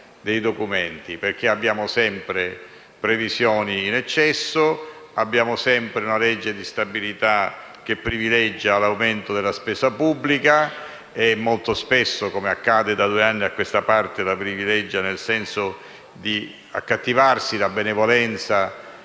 dei documenti. Infatti, abbiamo sempre previsioni in eccesso e abbiamo sempre una legge di stabilità che privilegia l'aumento della spesa pubblica e molto spesso, come accade da due anni a questa parte, la privilegia nel senso di accattivarsi la benevolenza